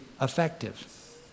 effective